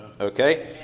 Okay